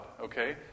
okay